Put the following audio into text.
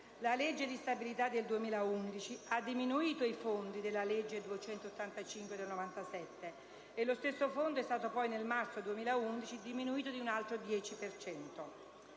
La legge di stabilità del 2011 ha diminuito i fondi della legge n. 285 del 1997 e lo stesso fondo è stato poi diminuito di un altro 10